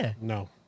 No